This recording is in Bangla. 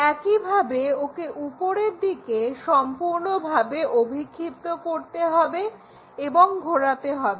একইভাবে একে ওপরের দিকে সম্পূর্ণভাবে অভিক্ষিপ্ত করতে হবে এবং ঘোরাতে হবে